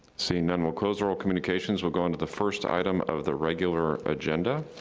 seeing none, we'll close the oral communications. we'll go onto the first item of the regular agenda.